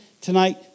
tonight